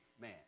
man